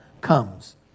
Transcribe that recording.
comes